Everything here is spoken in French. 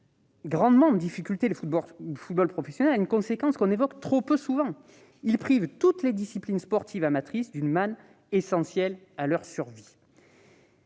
grandement en difficulté le football professionnel, a une conséquence que l'on évoque trop peu souvent : il prive toutes les disciplines sportives amatrices d'une manne essentielle à leur survie.